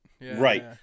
Right